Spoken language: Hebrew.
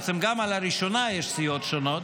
בעצם גם על הראשונה יש סיעות שונות,